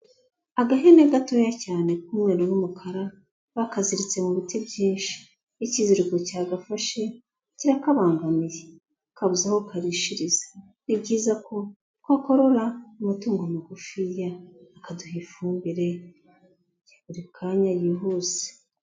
Agahene gatoya cyane k'umweru n'umukara bakaziritse mu biti byinshi, ikiziriko cyagafashe, kirakabangamiye, kabuze aho karishiriza, ni ibyiza ko twakorora amatungo magufiya, akaduha ifumbire ya buri kanya yihuse.